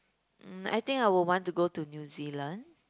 mm I think I would want to go to New Zealand